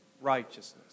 righteousness